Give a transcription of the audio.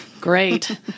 great